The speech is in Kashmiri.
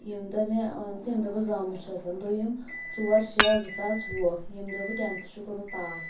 ییٚمہِ دۄہ مےٚ ییٚمہِ دۄہ بہٕ زامٕژ چھس دوٚیِم ژور شےٚ زٕ ساس وُہ ییٚمہِ دۄہ بہٕ ٹٮ۪نتھ چھ کوٚرمُت پاس